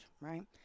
right